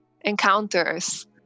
encounters